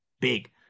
big